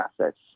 assets